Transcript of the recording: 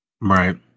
Right